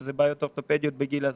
שאלה בעיות אורטופדיות בגיל הזה.